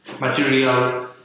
material